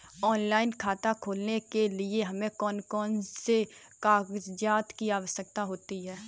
Online खाता खोलने के लिए हमें कौन कौन से कागजात की आवश्यकता होती है?